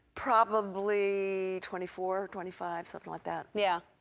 probably twenty four, twenty five, something like that. yeah,